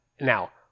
Now